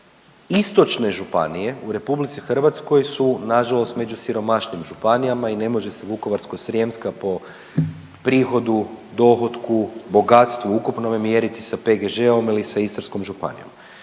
istočne županije u RH su nažalost među siromašnijim županijama i ne može se Vukovarsko-srijemska po prihodu, dohotku, bogatstvu ukupnome mjeriti sa PGŽ-om ili sa Istarskom županijom.